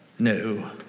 No